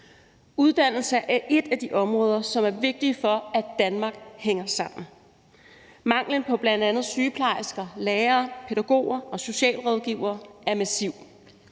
Uddannelserne er et af de områder, som er vigtige, for at Danmark hænger sammen. Manglen på bl.a. sygeplejersker, lærere, pædagoger og socialrådgivere er massiv.